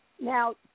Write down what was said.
Now